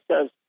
says –